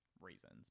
reasons